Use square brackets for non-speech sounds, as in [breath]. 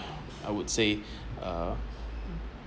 I would say [breath] uh